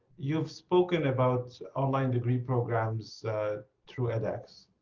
you've spoken about online degree programs through edx.